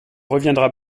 reviendra